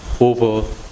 over